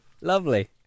Lovely